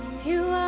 who